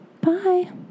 Bye